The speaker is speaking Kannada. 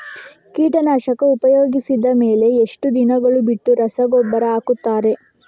ಕೀಟನಾಶಕ ಉಪಯೋಗಿಸಿದ ಮೇಲೆ ಎಷ್ಟು ದಿನಗಳು ಬಿಟ್ಟು ರಸಗೊಬ್ಬರ ಹಾಕುತ್ತಾರೆ?